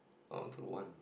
onto one